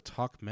Talk